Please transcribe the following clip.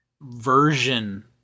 version